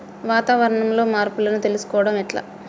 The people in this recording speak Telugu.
వాతావరణంలో మార్పులను తెలుసుకోవడం ఎట్ల?